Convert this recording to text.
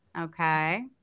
Okay